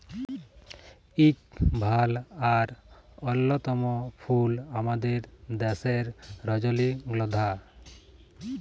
ইক ভাল আর অল্যতম ফুল আমাদের দ্যাশের রজলিগল্ধা